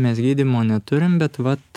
mes gydymo neturime bet vat